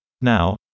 Now